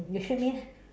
you treat me ah